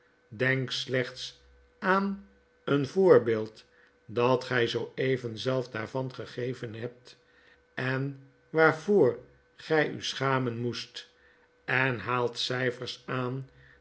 denk slechts aan een voorbeeld dat gy zoo even zelf daarvan gegeven hebt en waarvoor gy u schamen moest en haalt cyfers aan